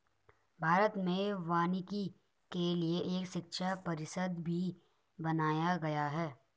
भारत में वानिकी के लिए एक शिक्षा परिषद भी बनाया गया है